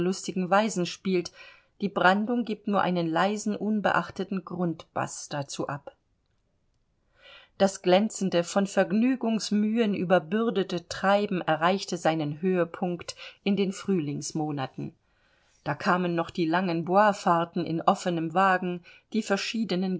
weisen spielt die brandung gibt nur einen leisen unbeachteten grundbaß dazu ab das glänzende von vergnügungsmühen überbürdete treiben erreichte seinen höhepunkt in den frühlingsmonaten da kamen noch die langen bois fahrten in offenem wagen die verschiedenen